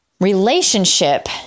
relationship